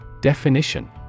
Definition